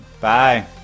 Bye